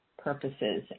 Purposes